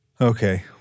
Okay